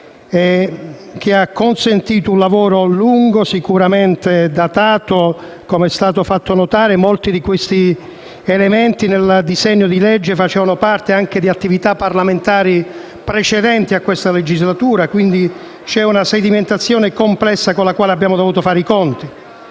che ha consentito un lavoro lungo e sicuramente datato, com'è stato fatto notare, perché molti degli elementi del disegno di legge facevano parte di attività parlamentari precedenti a questa legislatura e, quindi, c'è una sedimentazione complessa con la quale abbiamo dovuto fare i conti.